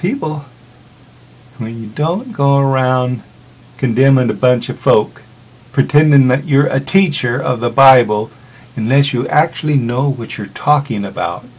people i mean you don't go around and condemn and a bunch of folk pretend you're a teacher of the bible unless you actually know what you're talking about